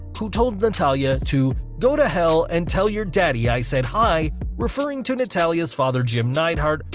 who told natalya to go to hell and tell your daddy i said hi referring to natalya's father jim neidhart,